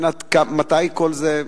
מבחינת מתי כל זה,